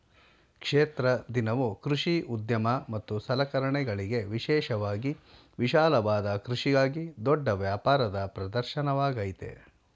ಕ್ಷೇತ್ರ ದಿನವು ಕೃಷಿ ಉದ್ಯಮ ಮತ್ತು ಸಲಕರಣೆಗಳಿಗೆ ವಿಶೇಷವಾಗಿ ವಿಶಾಲವಾದ ಕೃಷಿಗಾಗಿ ದೊಡ್ಡ ವ್ಯಾಪಾರದ ಪ್ರದರ್ಶನವಾಗಯ್ತೆ